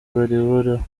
bareberaho